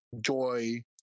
joy